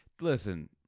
Listen